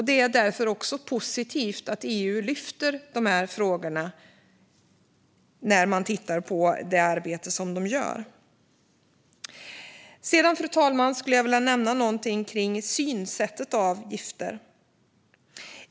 Det är därför också positivt att EU lyfter fram dessa frågor i sitt arbete. Fru talman! Jag vill också nämna något om synsättet när det gäller gifter.